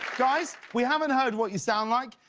guys, we haven't heard what you sound like,